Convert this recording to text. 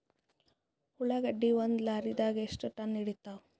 ಉಳ್ಳಾಗಡ್ಡಿ ಒಂದ ಲಾರಿದಾಗ ಎಷ್ಟ ಟನ್ ಹಿಡಿತ್ತಾವ?